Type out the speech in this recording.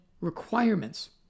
requirements